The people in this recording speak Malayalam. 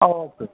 ആ ഓക്കെ